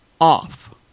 off